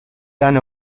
tan